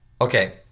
Okay